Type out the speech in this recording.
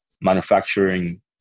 manufacturing